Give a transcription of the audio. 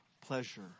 pleasure